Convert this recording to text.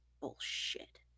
Bullshit